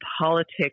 politics